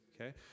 Okay